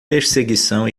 perseguição